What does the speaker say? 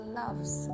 loves